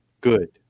Good